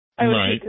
Right